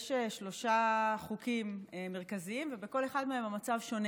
שלושה חוקים מרכזיים, ובכל אחד מהם המצב שונה.